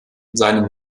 seinen